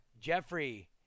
Jeffrey